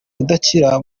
udakira